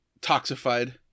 toxified